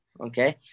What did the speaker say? Okay